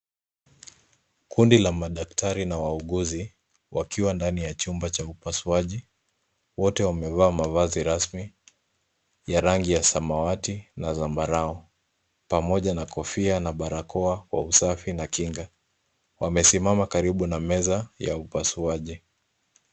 Kundi la madaktari na wauguzi wakiwa ndani ya chumba cha upasuaji wote wamevaa mavazi rasmi ya rangi ya samawati na zambarau. Pamoja na kofia na barakoa kwa usafi na kinga. Wamesimama karibu na meza ya upasuaji.